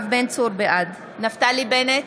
בעד נפתלי בנט,